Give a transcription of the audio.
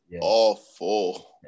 awful